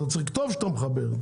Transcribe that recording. אז אתה צריך לכתוב שאתה מחבר.